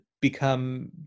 become